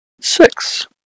Six